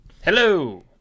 Hello